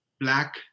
black